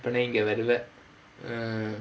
அப்பனா இங்க வருவ:appanaa inga varuva